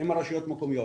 עם הרשויות המקומיות,